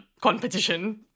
competition